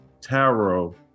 tarot